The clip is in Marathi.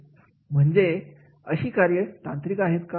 म्हणजे अशी कार्य तांत्रिक आहे का